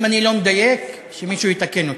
אם אני לא מדייק, שמישהו יתקן אותי: